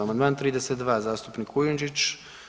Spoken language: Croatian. Amandman 32. zastupnik Kujundžić.